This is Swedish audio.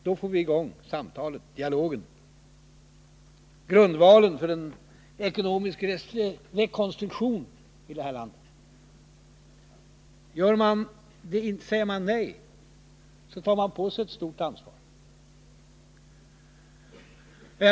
Då får vi igång dialogen — grundvalen för en ekonomisk rekonstruktion i detta land. Säger man nej, tar man på sig ett stort ansvar.